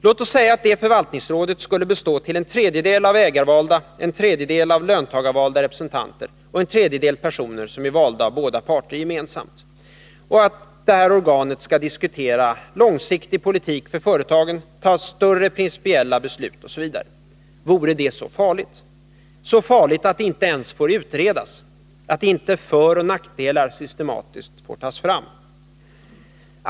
Låt säga att dessa förvaltningsråd skulle bestå av en tredjedel ägarvalda, en tredjedel löntagarvalda och en tredjedel personer som är valda av båda parter gemensamt och att detta organ skall diskutera långsiktig politik för företagen, fatta beslut i större och principiella frågor, osv. Vore det så farligt? Så farligt att det inte ens får utredas? Att inte föroch nackdelar systematiskt får tas fram?